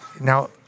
now